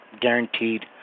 guaranteed